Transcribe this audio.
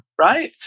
Right